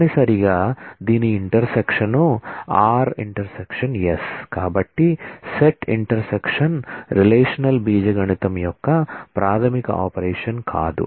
తప్పనిసరిగా దీని intersection relational algebra యొక్క ప్రాథమిక ఆపరేషన్ కాదు